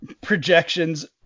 projections